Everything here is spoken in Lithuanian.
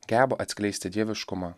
geba atskleisti dieviškumą